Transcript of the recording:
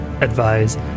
advise